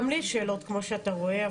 גם לי יש שאלות כמו שאתה רואה,